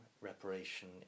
reparation